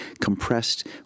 compressed